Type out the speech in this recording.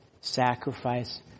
sacrifice